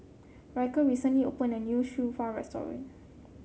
Ryker recently opened a new restaurant